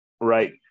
Right